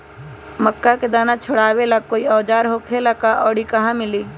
मक्का के दाना छोराबेला कोई औजार होखेला का और इ कहा मिली?